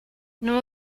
não